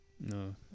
No